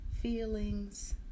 feelings